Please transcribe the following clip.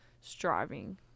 striving